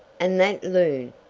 and that loon!